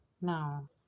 Now